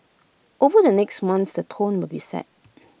over the next months the tone will be set